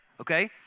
okay